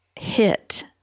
hit